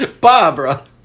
Barbara